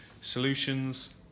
solutions